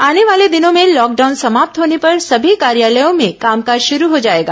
आने वाले दिनों में लॉकडाउन समाप्त होने पर सभी कार्यालयों में कामकाज शुरू हो जाएगा